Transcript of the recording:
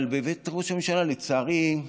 אבל בבית ראש הממשלה, לצערי,